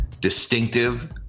distinctive